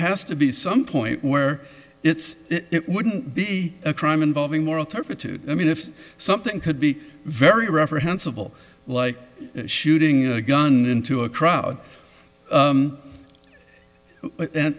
has to be some point where it's it wouldn't be a crime involving moral turpitude i mean if something could be very reprehensible like shooting a gun into a crowd